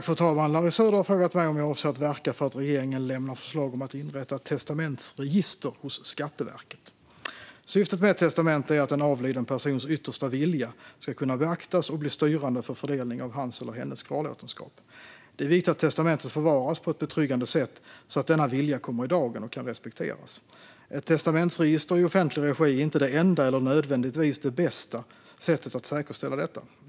Fru talman! har frågat mig om jag avser att verka för att regeringen lämnar förslag om att inrätta ett testamentsregister hos Skatteverket. Syftet med ett testamente är att en avliden persons yttersta vilja ska kunna beaktas och bli styrande för fördelningen av hans eller hennes kvarlåtenskap. Det är viktigt att testamentet förvaras på ett betryggande sätt, så att denna vilja kommer i dagen och kan respekteras. Ett testamentsregister i offentlig regi är inte det enda eller nödvändigtvis det bästa sättet att säkerställa detta.